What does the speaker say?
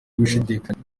gushidikanya